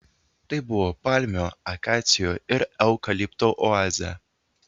tai buvo palmių akacijų ir eukaliptų oazė